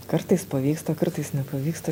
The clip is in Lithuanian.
kartais pavyksta kartais nepavyksta